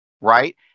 right